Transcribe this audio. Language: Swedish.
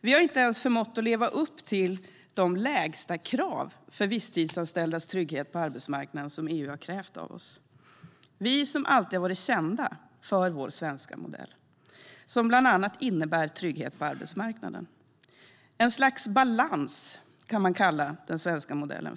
Vi har inte ens förmått leva upp till de lägstakrav för visstidsanställdas trygghet på arbetsmarknaden som EU har krävt av oss, vi som alltid har varit kända för vår svenska modell som bland annat innebär trygghet på arbetsmarknaden. Ett slags balans, kan man kalla den svenska modellen.